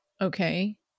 Okay